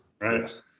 right